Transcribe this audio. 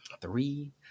three